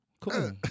cool